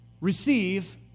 receive